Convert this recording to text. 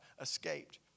escaped